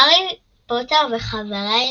הארי פוטר וחברי